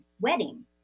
wedding